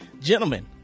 Gentlemen